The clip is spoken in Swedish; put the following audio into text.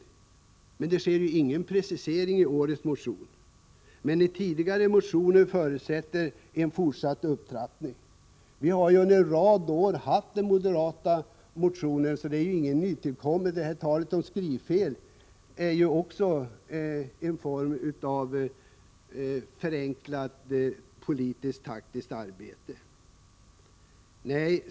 I årets motion gör moderaterna inte någon precisering på den här punkten, men i tidigare motioner förutsatte man en fortsatt upptrappning. Under en rad år har moderata motioner väckts på det här området, så det är inte något nytt som nu föreslås. Talet om skrivfel är bara en form av förenklat politiskt-taktiskt arbete.